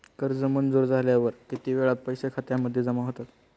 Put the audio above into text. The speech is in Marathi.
कर्ज मंजूर झाल्यावर किती वेळात पैसे खात्यामध्ये जमा होतात?